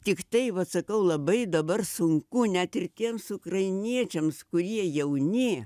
tiktai vat sakau labai dabar sunku net ir tiems ukrainiečiams kurie jauni